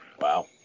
Wow